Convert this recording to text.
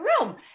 room